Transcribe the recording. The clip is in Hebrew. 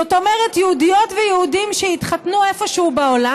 זאת אומרת, יהודיות ויהודים שהתחתנו איפשהו בעולם.